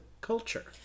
culture